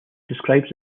describes